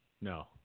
No